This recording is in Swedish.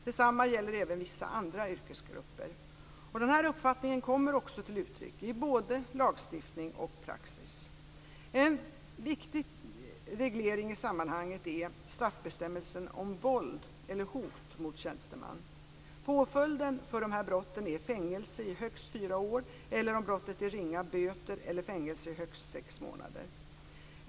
Detsamma gäller även vissa andra yrkesgrupper. Denna uppfattning kommer också till uttryck i både lagstiftning och praxis. En viktig reglering i sammanhanget är straffbestämmelsen om våld eller hot mot tjänsteman. Påföljden för dessa brott är fängelse i högst fyra år eller om brottet är ringa böter eller fängelse i högst sex månader.